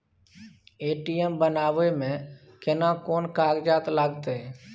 ATM बनाबै मे केना कोन कागजात लागतै?